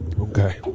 Okay